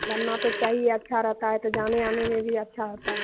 बनना तो चाहिए अच्छा रहता है तो जाने आने में भी अच्छा होता है